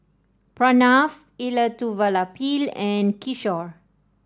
Pranav Elattuvalapil and Kishore